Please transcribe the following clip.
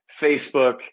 Facebook